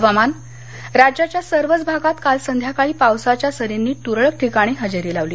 हवामान राज्याच्या सर्वच भागात काल संध्याकाळी पावसाच्या सरींनी तुरळक ठिकाणी इजेरी लावली